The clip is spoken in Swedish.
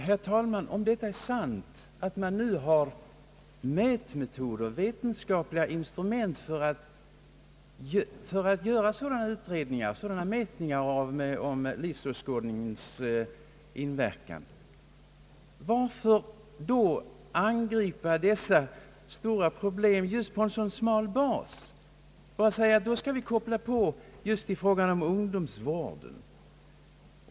Herr talman! Om det är sant att man nu har vetenskapliga metoder och instrument för att göra mätningar av livsåskådningens inverkan, varför då an gripa dessa stora problem på en så smal bas och säga, att vi. skall koppla in mätningarna just när det gäller ungdomsvården?